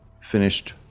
finished